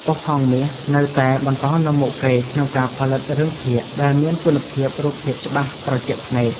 ប៉ុស្តិ៍ហង្សមាសនៅតែបន្តនាំមុខគេក្នុងការផលិតរឿងភាគដែលមានគុណភាពរូបភាពច្បាស់ត្រជាក់ភ្នែក។